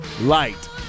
Light